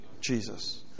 Jesus